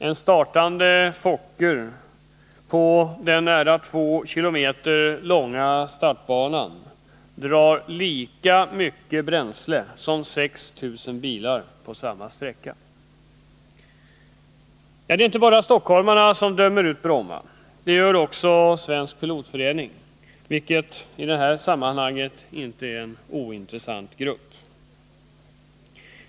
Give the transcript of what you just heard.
En startande Fokker på den 2 kilometer långa startbanan drar lika mycket bränsle som 6 000 bilar på samma sträcka. Det är inte bara stockholmarna som dömer ut Bromma; det gör också Svensk pilotförening, en i sammanhanget inte ointressant grupp.